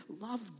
love